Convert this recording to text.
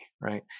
right